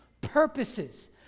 purposes